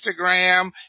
Instagram